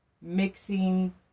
mixing